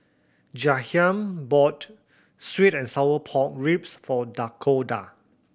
Jahiem bought sweet and sour pork ribs for Dakoda